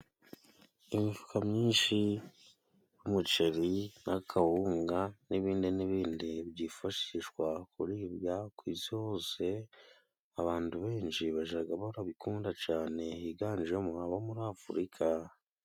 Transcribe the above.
Imifuka myinshi y'umuceri n'akawunga n'ibindi n'ibindi byifashishwa kuribwa ku isi hose, abantu benshi bajaga barabikunda cane higanjemo abo muri Afurika.